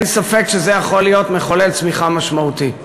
אין ספק שזה יכול להיות מחולל צמיחה משמעותי.